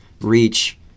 reach